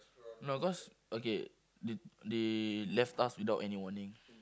no cause okay they they left us without any warning